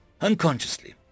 Unconsciously